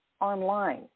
online